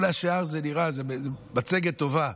כל השאר זה מצגת טובה.